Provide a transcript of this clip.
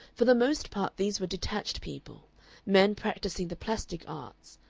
for the most part these were detached people men practising the plastic arts,